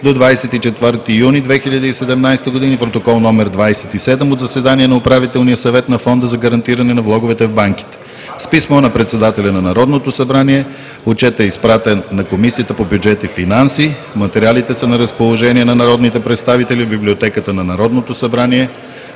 до 24 юни 2017 г., Протокол № 27 от заседание на Управителния съвет на Фонда за гарантиране на влоговете в банките. С писмо на председателя на Народното събрание Отчетът е изпратен на Комисията по бюджет и финанси. Материалите са на разположение на народните представители в Библиотеката на Народното събрание.